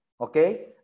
okay